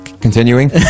Continuing